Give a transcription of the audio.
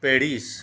Paris